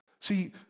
See